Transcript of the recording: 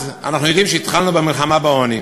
אז אנחנו יודעים שהתחלנו במלחמה בעוני.